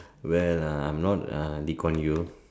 well uh I'm not uh Lee Kuan Yew